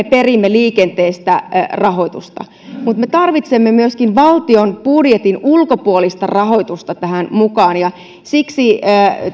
perimme liikenteestä rahoitusta mutta me tarvitsemme myöskin valtion budjetin ulkopuolista rahoitusta tähän mukaan ja siksi